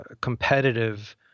competitive